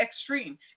extreme